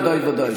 ודאי, ודאי, ודאי.